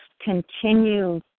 continue